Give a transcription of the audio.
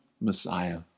Messiah